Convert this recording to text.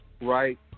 Right